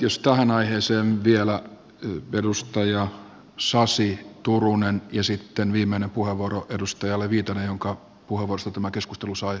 jos tähän aiheeseen vielä edustajat sasi ja turunen ja sitten viimeinen puheenvuoro edustajalle viitanen jonka puheenvuorosta tämä keskustelu sai alkunsa